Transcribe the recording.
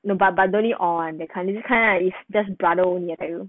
but but only on the cunning side lah it's just brother only I tell you